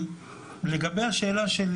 לגבי השאלה של